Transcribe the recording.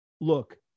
Look